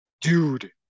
Dude